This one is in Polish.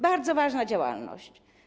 Bardzo ważna działalność.